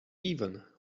even